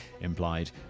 implied